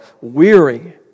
weary